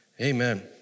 amen